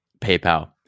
PayPal